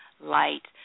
light